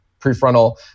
prefrontal